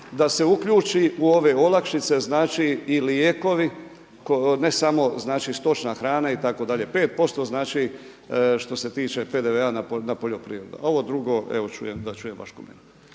da se uključi u ove olakšice i lijekovi ne samo stočna hrana itd., 5% što se tiče PDV-a na poljoprivredu? Ovo drugo evo da čujem vaš komentar.